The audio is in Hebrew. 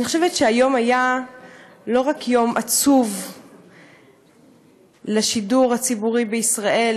אני חושבת שהיום היה לא רק יום עצוב לשידור הציבורי בישראל,